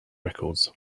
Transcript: records